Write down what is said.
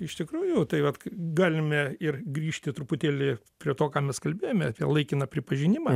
iš tikrųjų tai vat k galime ir grįžti truputėlį prie to ką mes kalbėjome apie laikiną pripažinimą